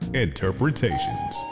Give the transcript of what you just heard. interpretations